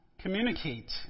communicate